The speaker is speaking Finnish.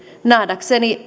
nähdäkseni